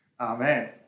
Amen